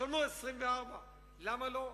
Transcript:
תשלמו 24%. למה לא?